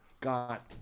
got